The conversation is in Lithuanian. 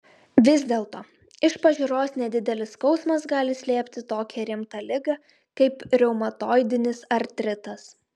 vis dėlto iš pažiūros nedidelis skausmas gali slėpti tokią rimtą ligą kaip reumatoidinis artritas